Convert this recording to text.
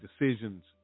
decisions